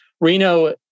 Reno